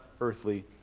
earthly